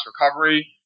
recovery